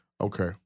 Okay